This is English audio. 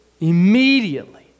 immediately